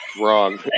Wrong